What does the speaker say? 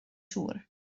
siŵr